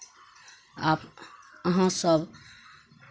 आब अहाँसभ